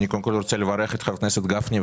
רוצה לברך גם את חבר הכנסת גפני,